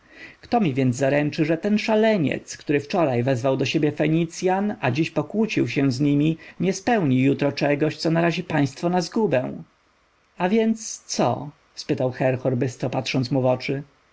kto mi zaręczy że ten szaleniec który wczoraj wezwał do siebie fenicjan a dziś pokłócił się z nimi nie spełni jutro czegoś co narazi państwo na zgubę a więc co spytał herhor bystro patrząc mu w oczy